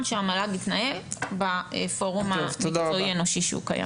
שהמל"ג יתנהל בפורום המקצועי האנושי שהוא קיים.